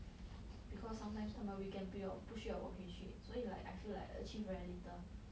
because sometimes 他们 weekend 不要不需要我回去所以 like I feel like achieve very little